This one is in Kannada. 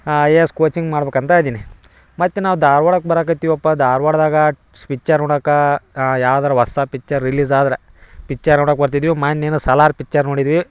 ಐ ಎ ಎಸ್ ಕೋಚಿಂಗ್ ಮಾಡಬೇಕಂತ ಇದ್ದೀನಿ ಮತ್ತು ನಾವು ಧಾರ್ವಾಡಕ್ಕೆ ಬರಕತ್ತಿವಪ್ಪ ಧಾರ್ವಾಡ್ದಾಗ ಸ್ ಪಿಕ್ಚರ್ ನೋಡಕ್ಕಾ ಯಾವ್ದಾರ ಹೊಸ ಪಿಕ್ಚರ್ ರಿಲೀಸ್ ಆದ್ರೆ ಪಿಕ್ಚರ್ ನೋಡಕ್ಕೆ ಬರ್ತಿದ್ದೀವಿ ಮೊನ್ನೆ ಏನೋ ಸಲಾರ್ ಪಿಕ್ಚರ್ ನೋಡಿದ್ವಿ